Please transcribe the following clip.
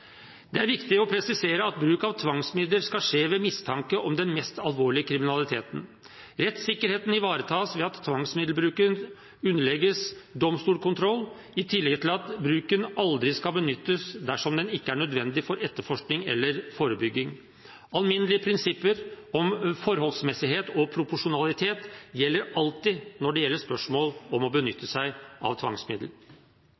Det er viktig å presisere at bruk av tvangsmidler skal skje ved mistanke om den mest alvorlige kriminaliteten. Rettssikkerheten ivaretas ved at tvangsmiddelbruken underlegges domstolskontroll, i tillegg til at bruken aldri skal benyttes dersom den ikke er nødvendig for etterforskning eller forebygging. Alminnelige prinsipper om forholdsmessighet og proporsjonalitet gjelder alltid når det er spørsmål om å